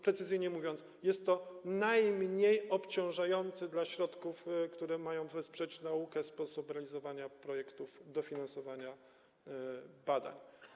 Precyzyjniej mówiąc, jest to najmniej obciążający, jeśli chodzi o środki, które mają wesprzeć naukę, sposób realizowania projektów dofinansowywania badań.